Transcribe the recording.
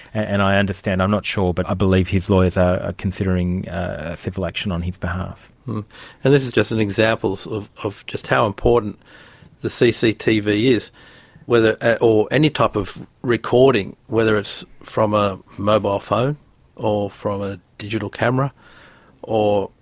and i understand, i'm not sure, but i believe his lawyers are considering civil action on his behalf. and this is just an example of of just how important the cctv is ah or any type of recording, whether it's from a mobile phone or from a digital camera or,